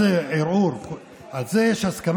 זה אין ערעור, יש על זה הסכמה.